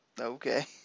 Okay